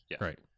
right